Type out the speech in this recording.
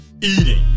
eating